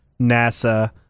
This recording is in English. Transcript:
NASA